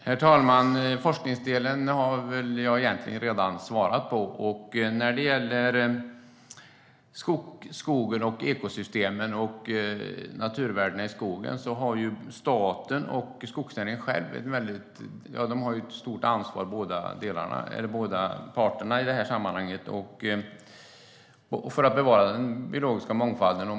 Herr talman! Jag har redan svarat på frågan om forskningen. När det gäller ekosystem och naturvärden i skogen har båda parterna, staten och skogsägarna, ett stort ansvar i sammanhanget för att bevara den biologiska mångfalden.